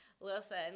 listen